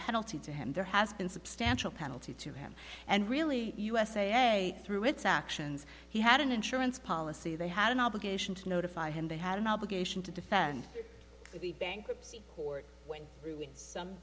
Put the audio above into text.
penalty to him there has been substantial penalty to him and really usa through its actions he had an insurance policy they had an obligation to notify him they had an obligation to defend the bankruptcy court when